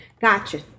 Gotcha